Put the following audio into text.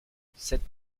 cette